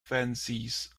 fancies